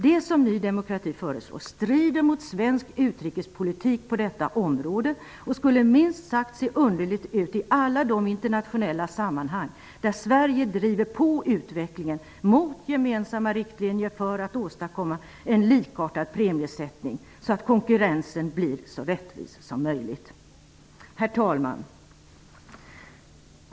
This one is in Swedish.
Det som Ny demokrati föreslår strider mot svensk utrikespolitik på detta område, och skulle se minst sagt underligt ut i alla de internationella sammanhang där Sverige driver på utvecklingen mot gemensamma riktlinjer för att åstadkomma en likartad premiesättning, så att konkurrensen blir så rättvis som möjligt. Herr talman!